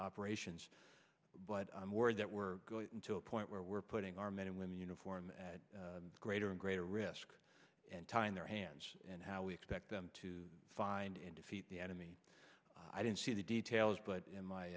operations but i'm worried that we're going into a point where we're putting our men and women uniform at greater and greater risk and tying their hands and how we expect them to find and defeat the enemy i don't see the details but in my